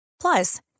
Plus